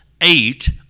eight